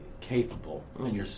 capable